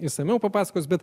išsamiau papasakos bet